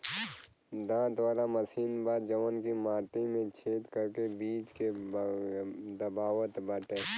दांत वाला मशीन बा जवन की माटी में छेद करके बीज के दबावत बाटे